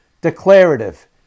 Declarative